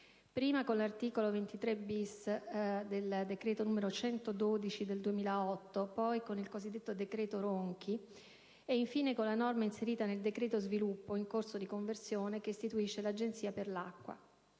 prima con l'articolo 23-*bis* del decreto-legge n. 112 del 2008, poi con il cosiddetto decreto Ronchi e, infine, con la norma inserita nel decreto sviluppo, in corso di conversione, che istituisce l'Agenzia per l'acqua.